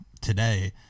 today